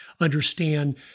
understand